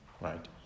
right